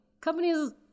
Companies